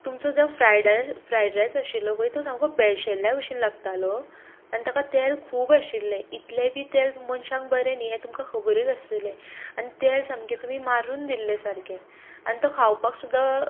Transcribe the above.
तुमचो जो फ्राय डायस फ्राय रायस आशिल्लो पळय तो सामको बेळशेल्ल्या भशेन लागतालो आनी ताका तेल खूब आशिल्लें इतलें बी तेल मनशाक बरें न्ही हें तुमकां खबरूच आसतली आनी तें तेल सामकें तुमी मारून दिल्लें सारकें आनी तो खावपाक सुद्दां